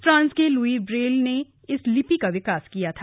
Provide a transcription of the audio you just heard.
France के Louis Braille ने इस लिपि का विकास किया था